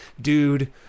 dude